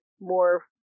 more